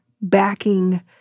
backing